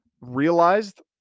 realized